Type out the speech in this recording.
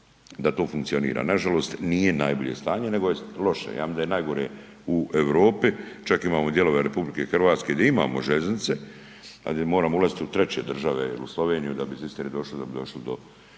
da to funkcionira. Nažalost nije najbolje stanje, nego je loše. Ja mislim da je najgore u Europi. Čak imamo dijelove RH gdje imamo željeznice, a gdje moramo ulaziti u treće države jer u Sloveniju da bi iz Istre došli da